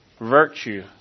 Virtue